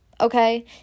okay